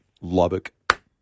Lubbock